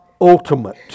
ultimate